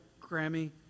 Grammy